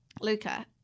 Luca